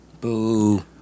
Boo